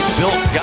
built